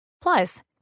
Plus